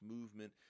movement